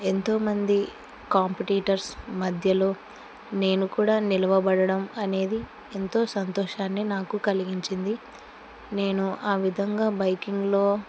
ఎంతోమంది కాంపిటీటర్స్ మధ్యలో నేను కూడా నిలబడడం అనేది ఎంతో సంతోషాన్ని నాకు కలిగించింది నేను ఆ విధంగా బైకింగ్లో